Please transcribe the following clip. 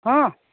हँ